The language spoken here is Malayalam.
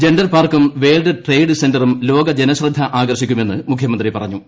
ജെൻഡർപാർക്കും വേൾഡ് ട്രേഡ് സെന്ററും ലോക ജനശ്രദ്ധ ആകർഷിക്കുമെന്ന് മുഖ്യമന്ത്രി പറഞ്ഞു